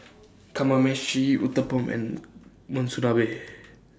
Kamameshi Uthapam and Monsunabe